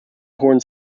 horns